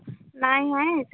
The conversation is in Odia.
ନାହିଁ ନାହିଁ